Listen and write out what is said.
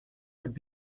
would